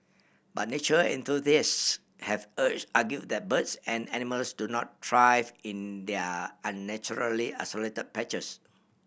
but nature enthusiasts have argued that birds and animals do not thrive in their unnaturally isolated patches